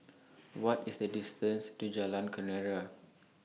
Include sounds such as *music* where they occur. *noise* What IS The distance to Jalan Kenarah